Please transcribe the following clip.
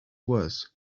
was